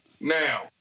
now